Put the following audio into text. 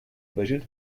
vision